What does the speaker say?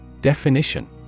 Definition